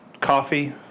coffee